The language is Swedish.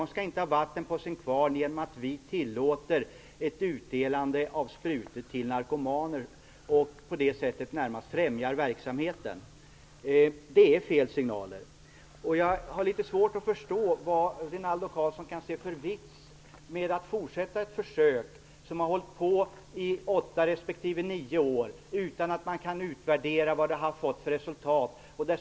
Man skall inte få vatten på sin kvarn genom att vi tillåter ett utdelande av sprutor till narkomaner och på det sättet närmast främjar verksamheten. Det är fel signaler. Jag har litet svårt att förstå vad Rinaldo Karlsson kan se för vits med att fortsätta med ett försök som har drivits i åtta respektive nio år utan att man kan utvärdera resultatet.